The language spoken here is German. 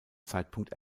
zeitpunkt